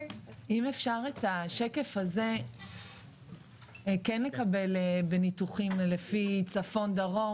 אם אפשר את השקף הזה כן לקבל בניתוחים לפי צפון-דרום,